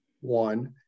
one